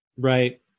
Right